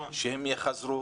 שהם יחזרו